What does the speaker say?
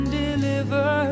deliver